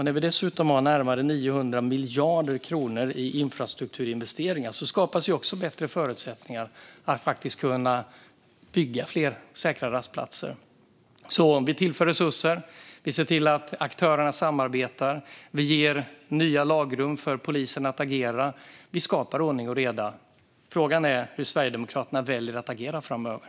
När vi dessutom har närmare 900 miljarder kronor i infrastrukturinvesteringar skapas också bättre förutsättningar för att bygga fler säkra rastplatser. Så vi tillför resurser, ser till att aktörerna samarbetar, ger nya lagrum för polisen att agera inom och skapar ordning och reda. Frågan är hur Sverigedemokraterna väljer att agera framöver.